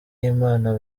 y’imana